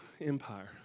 empire